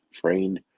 trained